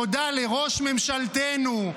תודה לראש ממשלתנו,